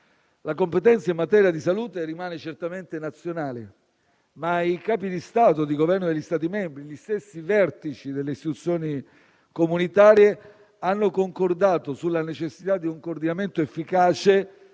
la competenza in materia di salute rimane certamente nazionale, ma i capi di Stato e di Governo degli Stati membri, gli stessi vertici delle istituzioni comunitarie hanno concordato sulla necessità di un coordinamento efficace